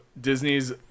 disney's